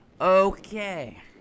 okay